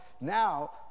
now